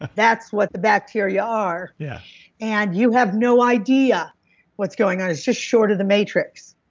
that's what the bacteria are. yeah and you have no idea what's going on it's just short of the matrix.